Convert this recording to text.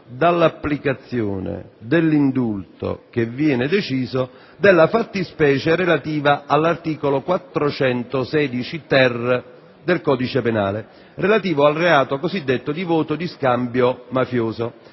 dall'applicazione dell'indulto che viene deciso della fattispecie relativa all'articolo 416-*ter* del codice penale, relativo al reato cosiddetto di voto di scambio mafioso,